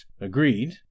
agreed